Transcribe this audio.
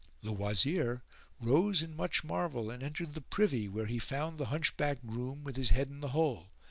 the wazir rose in much marvel and entered the privy where he found the hunchbacked groom with his head in the hole,